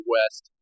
West